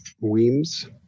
Weems